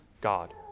God